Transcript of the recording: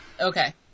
Okay